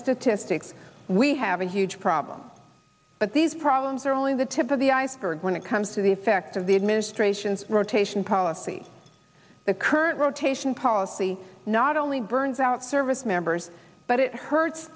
statistics we have a huge problem but these problems are only the tip of the iceberg when it comes to the effect of the administration's rotation policy the current rotation policy not only burns out service members but it hurts